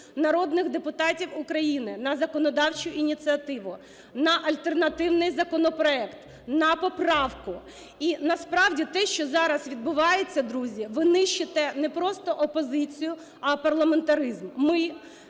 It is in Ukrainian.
народних депутатів України на законодавчу ініціативу, на альтернативний законопроект, на поправку. І насправді те, що зараз відбувається, друзі, ви нищите не просто опозицію, а парламентаризм. Ми